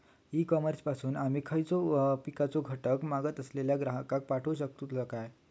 E commerce पासून आमी कसलोय पिकाचो घटक मागत असलेल्या ग्राहकाक पाठउक शकतू काय?